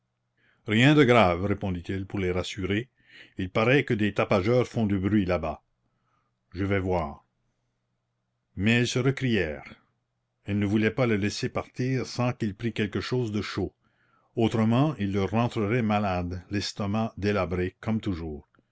rien de grave répondit-il pour les rassurer il paraît que des tapageurs font du bruit là-bas je vais voir mais elles se récrièrent elles ne voulaient pas le laisser partir sans qu'il prît quelque chose de chaud autrement il leur rentrerait malade l'estomac délabré comme toujours